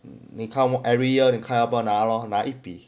they come every year 你看要不要拿咯你拿一笔